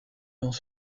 dans